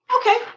okay